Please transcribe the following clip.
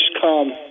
come